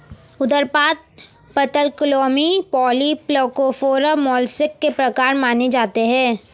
उदरपाद, पटलक्लोमी, polyplacophora, mollusc के प्रकार माने जाते है